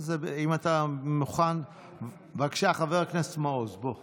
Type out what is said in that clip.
אם אתה מוכן, בבקשה, חבר הכנסת מעוז, בוא.